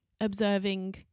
observing